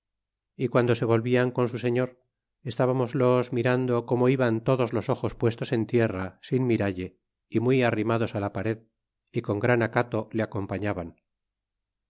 é guando se volvian con su señor estbamoslos mirando cómo iban todos los ojos puestos en tierra sin miralle y muy arrimados la pared y con gran acato le acompañaban